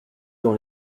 dans